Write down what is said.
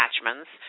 attachments